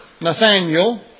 Nathaniel